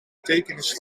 betekenis